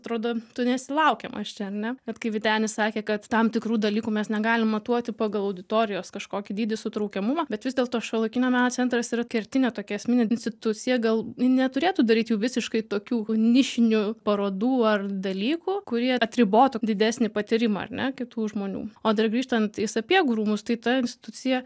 atrodo tu nesi laukiamas čia ar ne bet kaip vytenis sakė kad tam tikrų dalykų mes negalim matuoti pagal auditorijos kažkokį dydį sutraukiamumą bet vis dėlto šiuolaikinio meno centras yra kertinė tokia esminė institucija gal neturėtų daryti jau visiškai tokių nišinių parodų ar dalykų kurie atribotų didesnį patyrimą ar ne kitų žmonių o dar grįžtant į sapiegų rūmus tai ta institucija